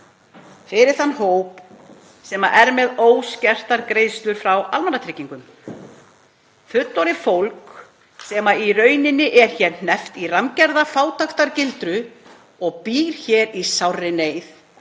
fyrir þann hóp sem er með óskertar greiðslur frá almannatryggingum, fullorðið fólk sem í rauninni er hneppt í rammgerða fátæktargildru og býr hér í sárri neyð.